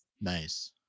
Nice